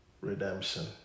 redemption